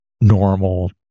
normal